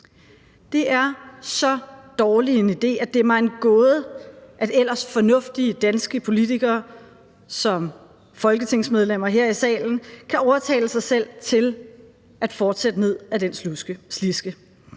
Det er så dårlig en idé, at det er mig en gåde, at ellers fornuftige danske politikere som folketingsmedlemmer her i salen kan overtale sig selv til at fortsætte ned ad den sliske.